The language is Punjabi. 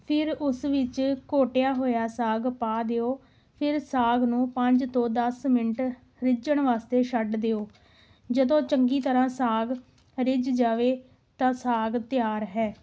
ਫਿਰ ਉਸ ਵਿੱਚ ਘੋਟਿਆ ਹੋਇਆ ਸਾਗ ਪਾ ਦਿਓ ਫਿਰ ਸਾਗ ਨੂੰ ਪੰਜ ਤੋਂ ਦਸ ਮਿੰਟ ਰਿੱਝਣ ਵਾਸਤੇ ਛੱਡ ਦਿਓ ਜਦੋਂ ਚੰਗੀ ਤਰ੍ਹਾਂ ਸਾਗ ਰਿੱਝ ਜਾਵੇ ਤਾਂ ਸਾਗ ਤਿਆਰ ਹੈ